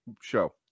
show